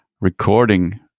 recording